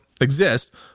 exist